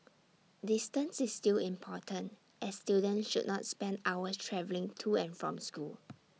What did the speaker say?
distance is still important as students should not spend hours travelling to and from school